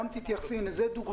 גם תתייחסי הנה, זו דוגמה